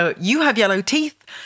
You-have-yellow-teeth